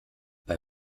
bei